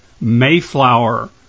Mayflower